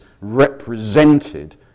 represented